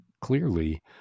clearly